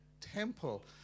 temple